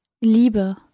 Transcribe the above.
Liebe